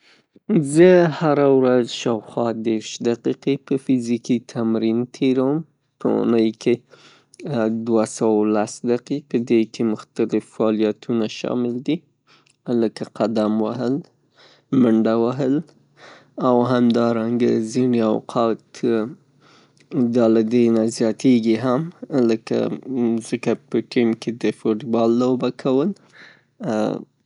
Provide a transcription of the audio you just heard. زه هره ورځ شاوخوا دیرش دقیقې کې فزیکي تمرین تیروم. په اونۍ کې دوه سوه و لس دقیقې کې، پدې کې مختلف فعالیتونو شامل دي لکه قدم وهل، منډه وهل او همدارنګه ځینې اوقات دا لدې نه زیاتیږي هم ، ځکه په ټیم کې د فوټبال لوبه کول.